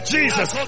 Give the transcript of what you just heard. Jesus